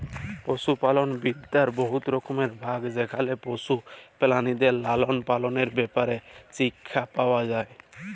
পশুপালল বিদ্যার বহুত রকম ভাগ যেখালে পশু পেরালিদের লালল পাললের ব্যাপারে শিখ্খা পাউয়া যায়